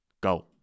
go